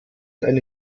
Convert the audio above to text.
eine